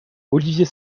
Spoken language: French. olivier